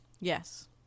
Yes